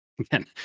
again